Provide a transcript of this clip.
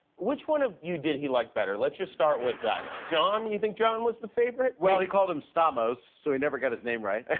which one of you did he like better? let's just start with that. john? you think john was the favorite? well he called him, stamos, so he never got his name right.